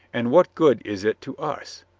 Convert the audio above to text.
and what good is it to us?